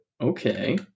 okay